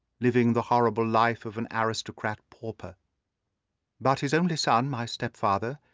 living the horrible life of an aristocratic pauper but his only son, my stepfather,